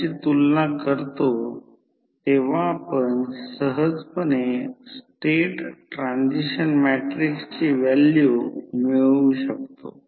तर K 8 याचा अर्थ हे एक स्टेप डाउन ट्रान्सफॉर्मर आहे कारण K 1 पेक्षा मोठे आहे